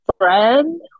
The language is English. friend